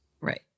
Right